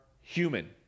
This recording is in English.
human